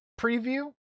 preview